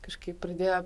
kažkaip pradėjo